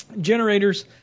Generators